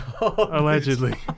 allegedly